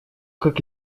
как